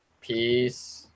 Peace